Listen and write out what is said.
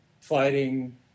fighting